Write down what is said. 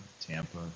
Tampa